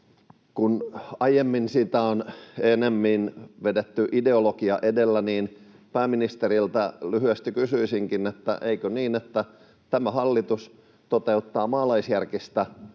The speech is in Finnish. mutta aiemmin sitä on ennemmin vedetty ideologia edellä, niin pääministeriltä lyhyesti kysyisinkin, että eikö niin, että tämä hallitus toteuttaa maalaisjärkistä